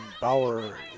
Bauer